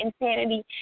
insanity